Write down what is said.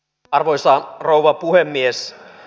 arvoisa rouva puhemies